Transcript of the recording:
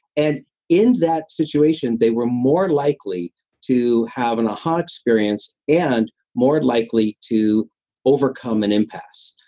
and in that situation they were more likely to have an a-ha experience and more likely to overcome an impasse.